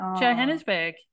Johannesburg